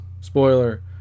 spoiler